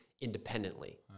independently